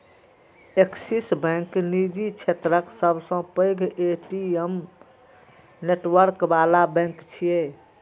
Axis bank निजी क्षेत्रक सबसं पैघ ए.टी.एम नेटवर्क बला बैंक छियै